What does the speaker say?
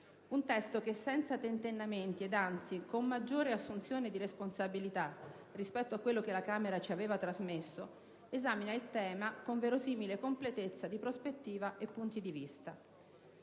Il testo, senza tentennamenti ed anzi con maggiore assunzione di responsabilità rispetto a quello che la Camera ci aveva trasmesso, esamina il tema con verosimile completezza di prospettiva e punti di vista.